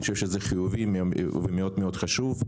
אני חושב שזה חיובי וחשוב מאוד.